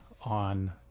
on